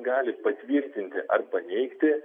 gali patvirtinti ar paneigti